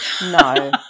No